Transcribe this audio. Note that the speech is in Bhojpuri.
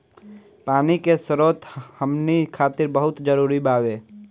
पानी के स्रोत हमनी खातीर बहुत जरूरी बावे